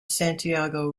santiago